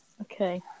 Okay